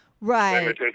Right